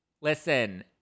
listen